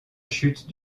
chute